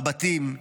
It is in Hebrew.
בבתים,